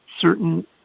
certain